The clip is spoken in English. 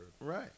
Right